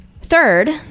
third